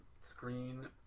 screen